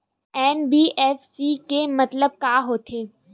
NBFC के मतलब का होथे?